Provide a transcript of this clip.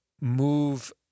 move